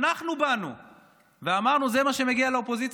אנחנו באנו ואמרנו: זה מה שמגיע לאופוזיציה,